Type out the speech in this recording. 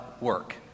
work